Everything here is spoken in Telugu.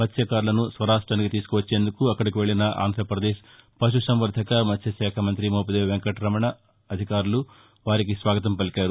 మత్స్టకారులను స్వరాష్ట్రానికి తీసుకాచ్చేందుకు అక్కడకు వెల్లిన ఆంధ్రప్రదేశ్ పశు సంవర్ణక మత్స్వశాఖ మంతి మోపిదేవి వెంకటరమణ అధికారులు వారికి స్వాగతం పలికారు